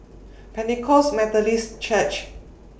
Pentecost Methodist Church